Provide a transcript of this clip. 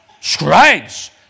scribes